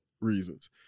reasons